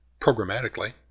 programmatically